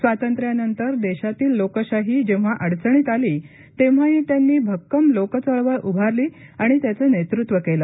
स्वातंत्र्यानंतर देशातील लोकशाही जेव्हा अडचणीत आली तेव्हाही त्यांनी भक्कम लोकचळवळ उभारली आणि त्याचं नेतृत्व केलं